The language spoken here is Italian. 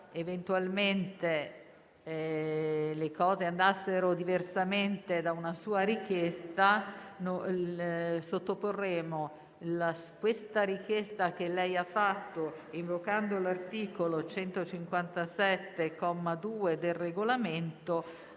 Eventualmente le cose andassero diversamente dalla sua richiesta, sottoporremo la stessa richiesta che lei ha fatto in base all'articolo 157, comma 2, del Regolamento